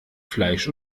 fleisch